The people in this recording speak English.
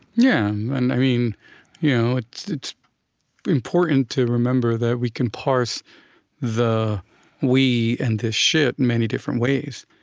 yeah, and i mean you know it's it's important to remember that we can parse the we and this shirt in many different ways.